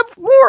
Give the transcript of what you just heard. more